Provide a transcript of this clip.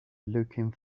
looking